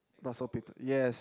Russell Peters yes